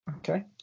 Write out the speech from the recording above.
Okay